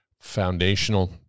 foundational